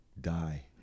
die